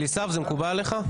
אליסף, זה מקובל עליך?